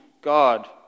God